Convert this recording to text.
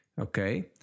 Okay